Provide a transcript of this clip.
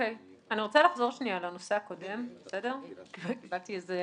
אני רוצה לחזור לנושא הקודם, קיבלתי איזו